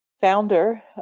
Founder